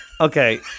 Okay